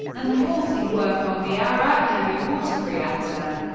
and halting work on the arak heavy-water reactor.